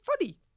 funny